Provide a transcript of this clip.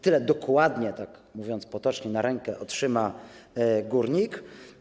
Tyle dokładnie, mówiąc potocznie, na rękę otrzyma górnik.